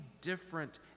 different